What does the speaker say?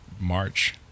march